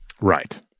Right